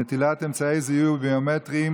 (נטילת אמצעי זיהוי ביומטריים